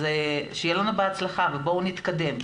אז שיהיה לנו בהצלחה ובואו נתקדם.